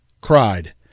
cried